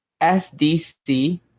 SDC